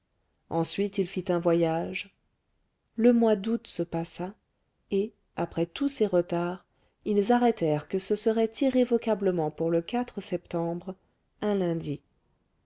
ensuite il fit un voyage le mois d'août se passa et après tous ces retards ils arrêtèrent que ce serait irrévocablement pour le septembre un lundi